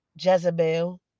Jezebel